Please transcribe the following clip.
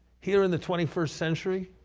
here in the twenty first century,